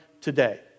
today